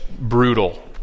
brutal